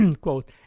quote